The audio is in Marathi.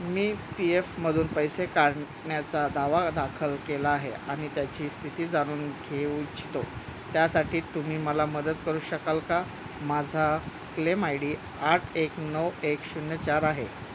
मी पी एफमधून पैसे काढण्याचा दावा दाखल केला आहे आणि त्याची स्थिती जाणून घेऊ इच्छितो त्यासाठी तुम्ही मला मदत करू शकाल का माझा क्लेम आय डी आठ एक नऊ एक शून्य चार आहे